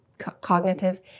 cognitive